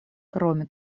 кроме